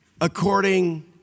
according